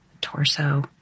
torso